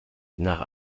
nach